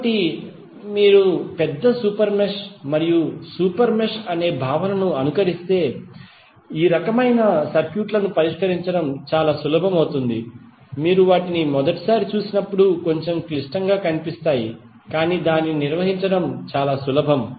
కాబట్టి మీరు పెద్ద సూపర్ మెష్ మరియు సూపర్ మెష్ అనే భావనను అనుసరిస్తే ఈ రకమైన సర్క్యూట్లను పరిష్కరించడం చాలా సులభం మీరు వాటిని మొదటిసారి చూసినప్పుడు కొంచెం క్లిష్టంగా కనిపిస్తాయి కాని దానిని నిర్వహించడం చాలా సులభం